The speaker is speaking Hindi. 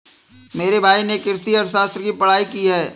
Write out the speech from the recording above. मेरे भाई ने कृषि अर्थशास्त्र की पढ़ाई की है